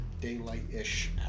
daylight-ish